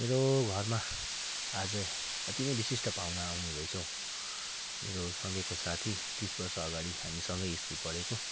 मेरो घरमा आज अति नै विशिष्ट पाहुना आउनु हुँदैछ हो मेरो सँगैको साथी तिस वर्ष अगाडि हामीसँगै स्कुल पढेको